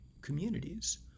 communities